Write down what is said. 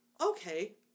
okay